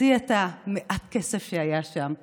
להוציא את מעט הכסף שהיה שם ולומר: